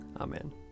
Amen